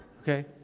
okay